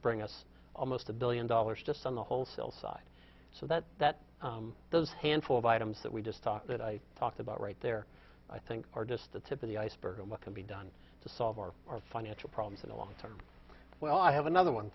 bring us almost a billion dollars just on the wholesale side so that that those handful of items that we just talked that i talked about right there i think are just the tip of the iceberg of what can be done to solve our our financial problems in the long term well i have another one